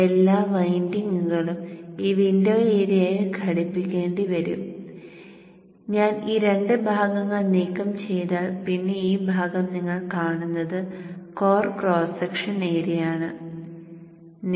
എല്ലാ വൈൻഡിംഗുകളും ഈ വിൻഡോ ഏരിയയിൽ ഘടിപ്പിക്കേണ്ടിവരും ഞാൻ ഈ രണ്ട് ഭാഗങ്ങൾ നീക്കം ചെയ്താൽ പിന്നെ ഈ ഭാഗം നിങ്ങൾ കാണുന്നത് കോർ ക്രോസ് സെക്ഷൻ ഏരിയ ആണ്